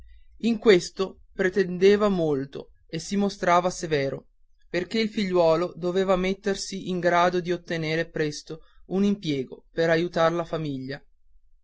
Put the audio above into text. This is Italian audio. in questo pretendeva molto e si mostrava severo perché il figliuolo doveva mettersi in grado di ottener presto un impiego per aiutar la famiglia